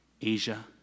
Asia